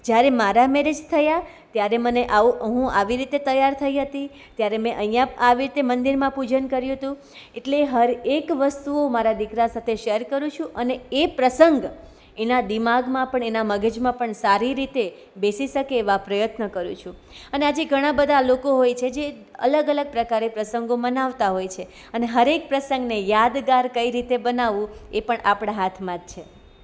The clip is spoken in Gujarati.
જ્યારે મારા મેરેજ થયા ત્યારે મને આવું હું આવી રીતે તૈયાર થઈ હતી ત્યારે મેં અહીંયા આવી રીતે મંદિરમાં પૂજન કર્યુ હતું એટલે હર એક વસ્તુ મારા દીકરા સાથે શેર કરું છું અને એ પ્રસંગ એના દિમાગમાં પણ એના મગજમાં પણ સારી રીતે બેસી શકે એવા પ્રયત્નો કરું છું અને આજે ઘણા બધા લોકો હોય છે જે અલગ અલગ પ્રકારે પ્રસંગો મનાવતા હોય છે અને હરેક પ્રસંગને યાદગાર કઈ રીતે બનાવવું એ પણ આપણા હાથમાં જ છે